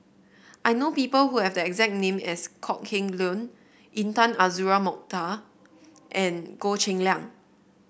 I know people who have the exact name as Kok Heng Leun Intan Azura Mokhtar and Goh Cheng Liang